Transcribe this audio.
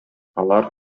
алар